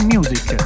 Music